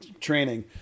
training